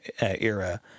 era